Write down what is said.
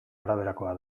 araberakoa